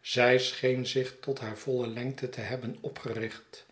zij scheen zich tot hare voile lengte te hebben opgericht